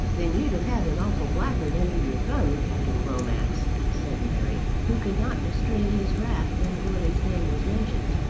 then you'd have had an awful blackguard under your thumb, captain glomax, said larry, who could not restrain his wrath when goarly's name was mentioned.